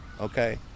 okay